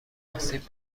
آسیب